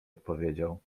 odpowiedział